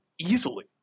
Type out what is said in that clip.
easily